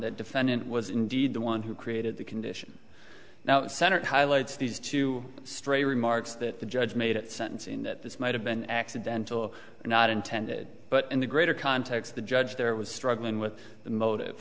the defendant was indeed the one who created the condition now center highlights these two straight remarks that the judge made at sentencing that this might have been accidental not intended but in the greater context the judge there was struggling with the motive